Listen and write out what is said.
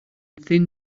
thin